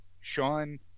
sean